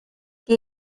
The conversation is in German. die